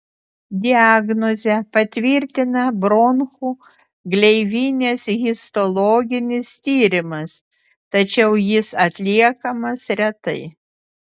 diagnozę patvirtina bronchų gleivinės histologinis tyrimas tačiau jis atliekamas retai